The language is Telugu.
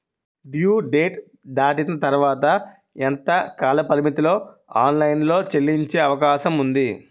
డ్యూ డేట్ దాటిన తర్వాత ఎంత కాలపరిమితిలో ఆన్ లైన్ లో చెల్లించే అవకాశం వుంది?